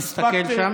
תסתכל לשם.